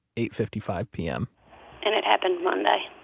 eight fifty five pm and it happened monday